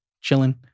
chilling